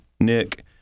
Nick